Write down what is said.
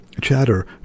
Chatter